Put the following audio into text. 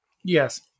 Yes